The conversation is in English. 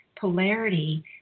polarity